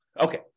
Okay